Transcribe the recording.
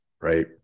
right